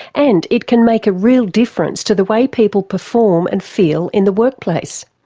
and it can make a real difference to the way people perform and feel in the workplace.